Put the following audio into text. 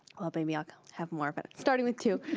i'll i'll but um yeah have more, but starting with two.